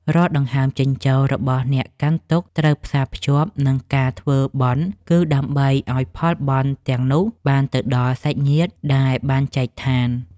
រាល់ដង្ហើមចេញចូលរបស់អ្នកកាន់ទុក្ខត្រូវផ្សារភ្ជាប់នឹងការធ្វើបុណ្យ គឺ ដើម្បីឱ្យផលបុណ្យទាំងនោះបានទៅដល់សាច់ញាតិដែលបានចែកឋាន។